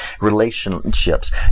relationships